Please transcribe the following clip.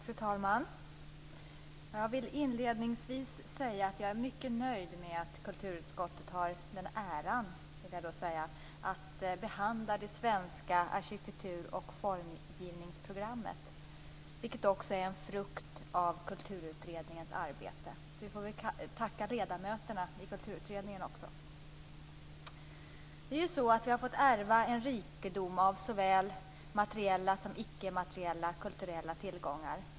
Fru talman! Jag vill inledningsvis säga att jag är mycket nöjd med att kulturutskottet har den äran att behandla det svenska arkitektur och formgivningsprogrammet, vilket är en frukt av Kulturutredningens arbete. Vi får därför tacka ledamöterna i Kulturutredningen. Vi har fått ärva en rikedom av såväl materiella som icke-materiella kulturella tillgångar.